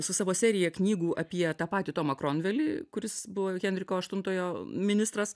su savo serija knygų apie tą patį tomą kromvelį kuris buvo henriko aštuntojo ministras